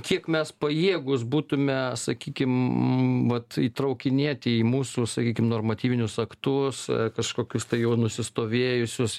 kiek mes pajėgūs būtume sakykim vat įtraukinėti į mūsų sakykim normatyvinius aktus kažkokius tai jau nusistovėjusius